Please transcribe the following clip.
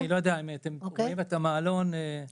אני לא יודע אם אתם רואים את המעלון --- אנחנו